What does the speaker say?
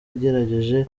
yegereje